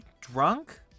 drunk